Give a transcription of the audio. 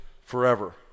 forever